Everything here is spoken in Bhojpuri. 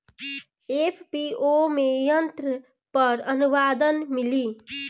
एफ.पी.ओ में यंत्र पर आनुदान मिँली?